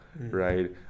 right